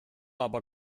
aber